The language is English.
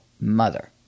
mother